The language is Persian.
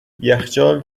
یخچال